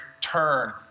turn